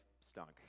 stunk